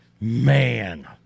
Man